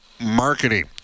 marketing